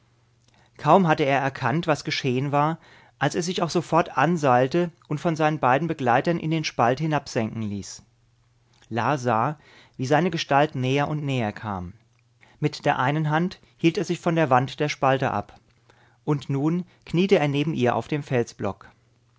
kaum hatte er erkannt was geschehen war als er sich auch sofort anseilte und von seinen beiden begleitern in den spalt hinabsenken ließ la sah wie seine gestalt näher und näher kam mit der einen hand hielt er sich von der wand der spalte ab und nun kniete er neben ihr auf dem felsblock